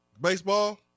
Baseball